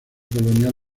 colonial